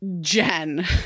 Jen